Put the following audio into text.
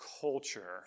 culture